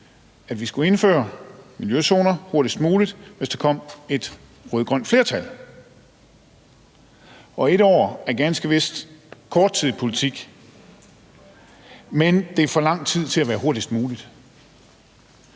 at vi skulle indføre miljøzoner hurtigst muligt, hvis der kom et rødt-grønt flertal. Et år er ganske vist kort tid i politik, men det er for lang tid til at være hurtigst muligt.